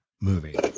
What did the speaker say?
movie